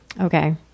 okay